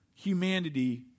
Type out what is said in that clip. Humanity